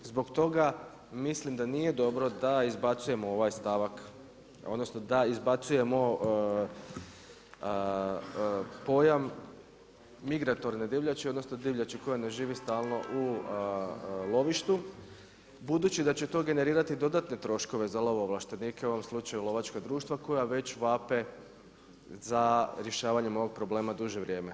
Zbog toga, mislim da nije dobro da izbacujemo ovaj stavak, odnosno da izbacujemo pojam migratorne divljači odnosno, divljači koja ne živi stalno u lovištu, budući da će to generirati dodatne troškove za lovoovlaštenike, u ovom slučaju lovačka društva koja već vape za rješavanjem ovog problema duže vrijeme.